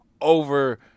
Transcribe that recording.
over